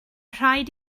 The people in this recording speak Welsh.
rhaid